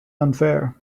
unfair